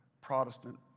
Protestant